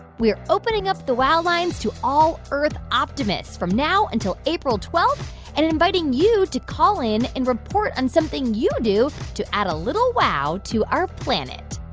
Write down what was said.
we're opening up the wow lines to all earth optimists from now until april twelve and inviting you to call in and report on something you do to add a little wow to our planet.